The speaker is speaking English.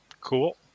Cool